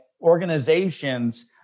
Organizations